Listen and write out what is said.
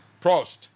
Prost